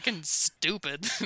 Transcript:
stupid